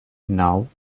nou